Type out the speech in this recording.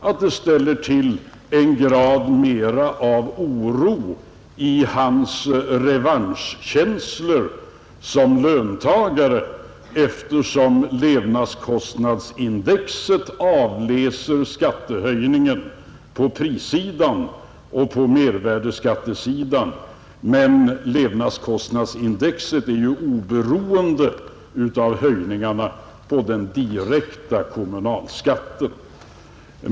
Det ställer nämligen till med en högre grad av oro i hans revanschkänslor som löntagare, eftersom levnadskostnadsindex avläser skattehöjningen på prissidan och på mervärdeskattesidan, medan levnadskostnadsindex är oberoende av höjningarna av den direkta kommunalskatten.